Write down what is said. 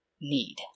need